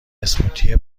اسموتی